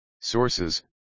Sources